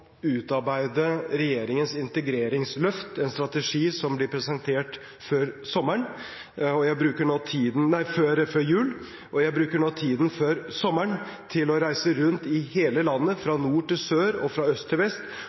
utarbeide regjeringens integreringsløft, en strategi som blir presentert før jul. Jeg bruker nå tiden før sommeren til å reise rundt i hele landet – fra nord til sør og fra øst til vest